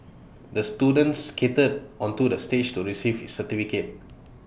the student skated onto the stage to receive his certificate